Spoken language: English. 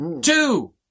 Two